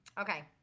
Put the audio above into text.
okay